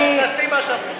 תעשי מה שאת רוצה.